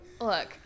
look